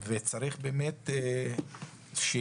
וצריך באמת שיהיה